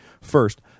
First